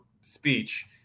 speech